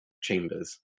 chambers